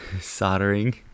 soldering